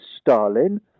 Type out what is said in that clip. stalin